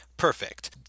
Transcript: Perfect